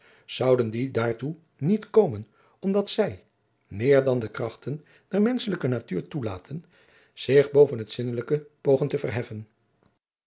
zouden die daartoe niet komen omdat zij meer dan de krachten der menschelijke natuur toelaten zich boven het zinnelijke pogen te verheffen